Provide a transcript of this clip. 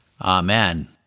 Amen